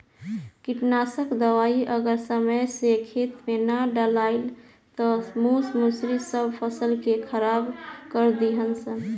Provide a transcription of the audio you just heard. कीटनाशक दवाई अगर समय से खेते में ना डलाइल त मूस मुसड़ी सब फसल के खराब कर दीहन सन